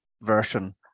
version